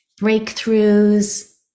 breakthroughs